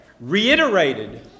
reiterated